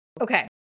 Okay